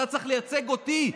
אתה צריך לייצג אותי,